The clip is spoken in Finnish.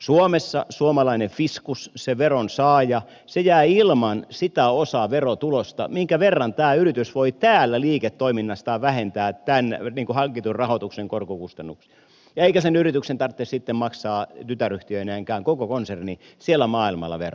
suomessa suomalainen fiskus se veronsaaja jää ilman sitä osaa verotulosta minkä verran tämä yritys voi täällä liiketoiminnastaan vähentää tämän hankitun rahoituksen korkokustannuksia eikä sen yrityksen tarvitse sitten maksaa tytäryhtiöineenkään koko konserni siellä maailmalla veroa